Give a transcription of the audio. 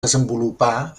desenvolupar